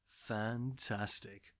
Fantastic